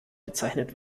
bezeichnet